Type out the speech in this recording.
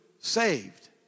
saved